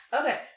Okay